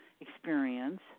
experience